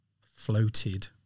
floated